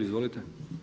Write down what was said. Izvolite!